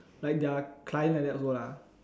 like their client like that also lah